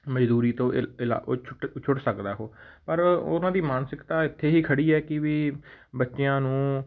ਮਜ਼ਦੂਰੀ ਤੋਂ ਇਲ ਇਲਾ ਉਹ ਛੁੱਟ ਛੁੱਟ ਸਕਦਾ ਉਹ ਪਰ ਉਹਨਾਂ ਦੀ ਮਾਨਸਿਕਤਾ ਇੱਥੇ ਹੀ ਖੜ੍ਹੀ ਹੈ ਕਿ ਵੀ ਬੱਚਿਆਂ ਨੂੰ